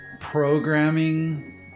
programming